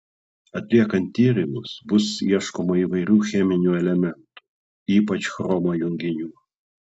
atliekant tyrimus bus ieškoma įvairių cheminių elementų ypač chromo junginių